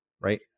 right